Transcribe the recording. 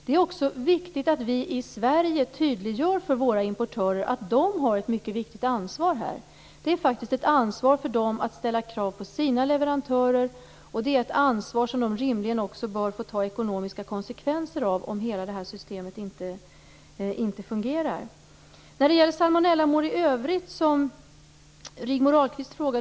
Det är också viktigt att vi i Sverige tydliggör för våra importörer att de har ett mycket viktigt ansvar. Det är faktiskt ett ansvar för dem att ställa krav på sina leverantörer. De bör rimligen också få ta ekonomiska konsekvenser av detta ansvar, om hela detta system inte fungerar. Rigmor Ahlstedt ställde också en fråga om salmonellamål i övrigt.